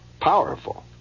powerful